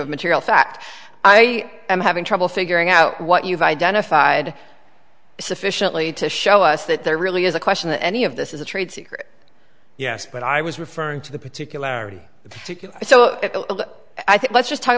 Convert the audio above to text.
of material fact i am having trouble figuring out what you've identified sufficiently to show us that there really is a question that any of this is a trade secret yes but i was referring to the particularity so i think let's just talk